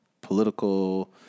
political